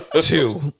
two